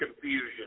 confusion